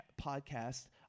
podcast